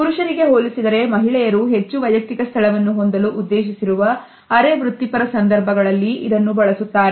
ಪುರುಷರಿಗೆ ಹೋಲಿಸಿದರೆ ಮಹಿಳೆಯರು ಹೆಚ್ಚು ವೈಯಕ್ತಿಕ ಸ್ಥಳವನ್ನು ಹೊಂದಲು ಉದ್ದೇಶಿಸಿರುವ ಅರೆ ವೃತ್ತಿಪರ ಸಂದರ್ಭಗಳಲ್ಲಿ ಇದನ್ನು ಬಳಸುತ್ತಾರೆ